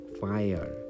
fire